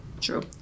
True